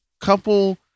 couple